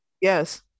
Yes